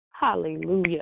Hallelujah